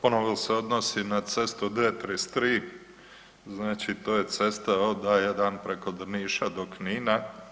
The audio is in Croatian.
Ponovo se odnosi na cestu D33, znači to je cesta od A1 preko Drniša do Knina.